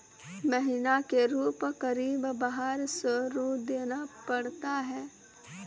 महीना के रूप क़रीब बारह सौ रु देना पड़ता है?